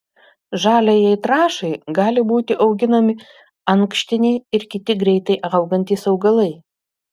žaliajai trąšai gali būti auginami ankštiniai ir kiti greitai augantys augalai